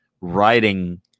writing